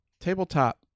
tabletop